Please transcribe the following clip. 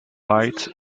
lights